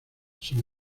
son